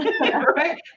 right